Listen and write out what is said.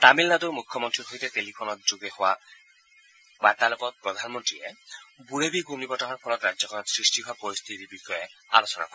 তামিলনাড়ৰ মুখ্যমন্ত্ৰীৰ সৈতে টেলিফোন যোগে হোৱা বাৰ্তালাপত প্ৰধানমন্ত্ৰীয়ে বুৰেভি ঘৃৰ্ণীবতাহৰ ফলত ৰাজ্যখনত সৃষ্টি হোৱা পৰিস্থিতিৰ বিষয়ে আলোচনা কৰে